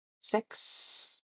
six